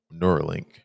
Neuralink